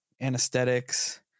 anesthetics